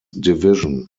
division